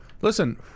Listen